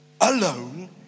alone